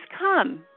come